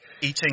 Eating